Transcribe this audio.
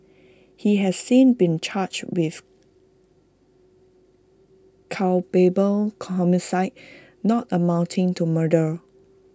he has since been charged with culpable homicide not amounting to murder